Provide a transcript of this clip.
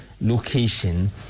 location